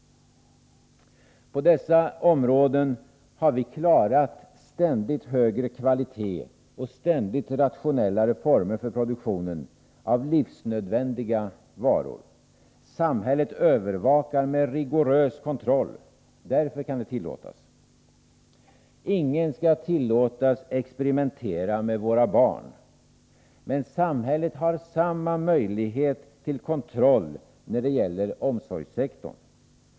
På dessa områden, när det gäller livsnödvändiga varor, har vi klarat ständigt högre kvalitet och ständigt rationellare former för produktionen. Samhället övervakar med rigorös kontroll. Därför kan den produktionen tillåtas. Ingen skall tillåtas experimentera med våra barn. Men samhället har samma möjlighet till kontroll när det gäller omsorgssektorn.